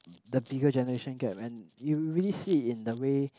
the bigger generation gap and you really see it in the way